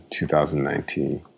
2019